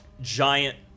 giant